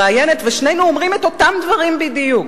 ושנינו אומרים את אותם דברים בדיוק